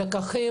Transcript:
הלקחים?